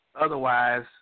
Otherwise